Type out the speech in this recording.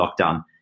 lockdown